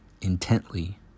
intently